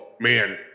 Man